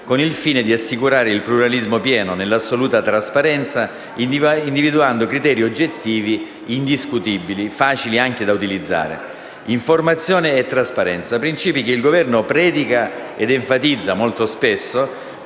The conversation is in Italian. al fine di assicurare il pluralismo pieno nell'assoluta trasparenza, individuando criteri oggettivi indiscutibili, facili anche da utilizzare. Informazione e trasparenza sono principi che il Governo predica ed enfatizza molto spesso,